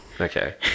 Okay